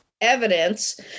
evidence